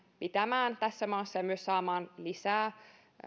pitämään tässä maassa ja myös saamaan lisää